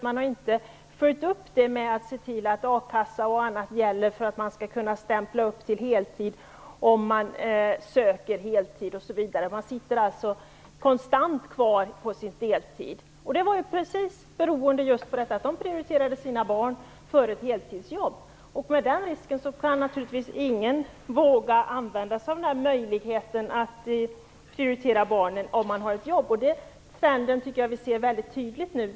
Man har inte följt upp det med att se till att a-kassa och annat liknande gäller för att de skall kunna stämpla upp till heltid. Man sitter konstant kvar på sin deltid. Det beror just på att de prioriterade sina barn före ett heltidsjobb. Med den risken vågar naturligtvis ingen använda sig av möjligheten att prioritera barnen om man har ett jobb. Den trenden ser vi väldigt tydligt nu.